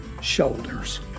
shoulders